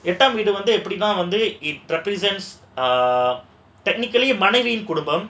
எட்டாம் வீடு வந்து எப்டின்னா வந்து:ettaam veedu vandhu epdinaa vandhu it represents ah technically மனைவியின் குடும்பம்:manaiviyin kudumbam